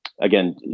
again